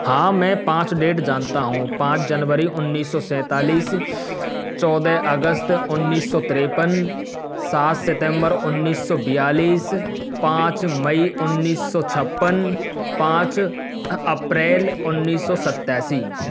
हाँ मैं पाँच डेट जानता हूँ पाँच जनवरी उन्नीस सौ सैंतालीस चौदह अगस्त उन्नीस सौ तिरेपन सात सितम्बर उन्नीस सौ बयालीस पाँच मई उन्नीस सौ छप्पन पाँच अप्रैल उन्नीस सौ सतासी